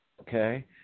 Okay